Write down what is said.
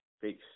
Peace